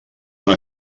una